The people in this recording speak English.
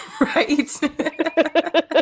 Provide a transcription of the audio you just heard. right